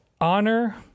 honor